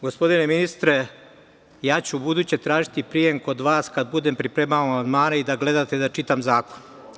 Gospodine ministre, ja ću ubuduće tražiti prijem kod vas kad budem pripremao amandmane i da gledate da čitam zakon.